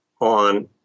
on